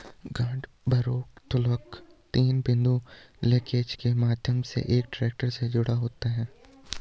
गांठ भारोत्तोलक तीन बिंदु लिंकेज के माध्यम से एक ट्रैक्टर से जुड़ा हुआ है